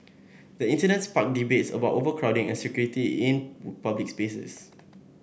the incident sparked debates about overcrowding and security in public spaces